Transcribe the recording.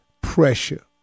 pressure